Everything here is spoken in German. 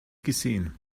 gesehen